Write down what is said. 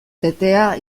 betea